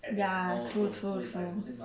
ya true true true